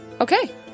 Okay